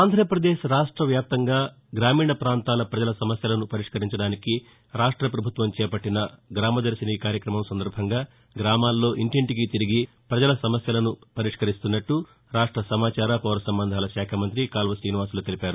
ఆంధ్రప్రదేశ్ రాష్ట వ్యాప్తంగా గ్రామీణ ప్రాంతాల ప్రజల సమస్యలను పరిష్కరించడానికి రాష్ట ప్రభుత్వం చేపట్టిన గ్రామదర్శిని కార్యక్రమం సందర్బంగా గ్రామాలలో ఇంటింటికీ తిరిగి ప్రపజల సమస్యలను పరిష్కరిస్తున్నట్లు రాష్ట్ర సమాచార పౌరసంబంధాల శాఖ మంతి కాల్వ శ్రీనివాసులు తెలిపారు